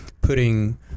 putting